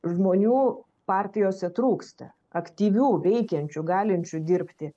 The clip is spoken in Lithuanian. žmonių partijose trūksta aktyvių veikiančių galinčių dirbti